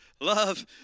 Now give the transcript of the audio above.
love